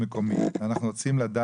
אנחנו רוצים לגבי המרכז לשלטון מקומי,